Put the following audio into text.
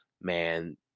man